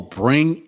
bring